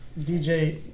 DJ